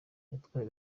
yatwaye